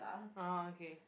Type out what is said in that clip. ah okay